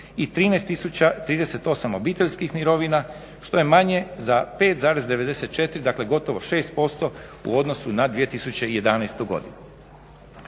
i 13 038 obiteljskih mirovina što je manje za 5,94 dakle gotovo 6% u odnosu na 2011.godinu.